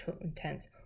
intense